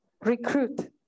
recruit